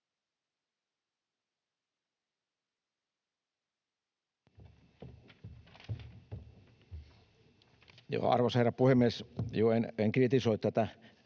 Arvoisa herra puhemies! En kritisoi tätä